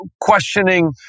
questioning